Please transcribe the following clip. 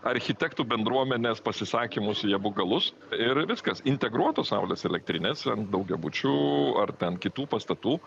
architektų bendruomenės pasisakymus į abu galus ir viskas integruotos saulės elektrinės ant daugiabučių ar ten kitų pastatų